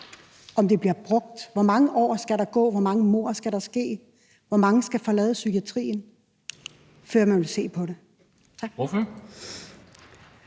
om det bliver brugt. Hvor mange år skal der gå, hvor mange mord skal der ske, hvor mange skal forlade psykiatrien, før man vil se på det?